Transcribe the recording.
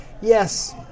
Yes